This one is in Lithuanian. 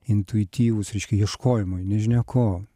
intuityvūs reiškia ieškojimai nežinia ko